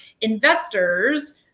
investors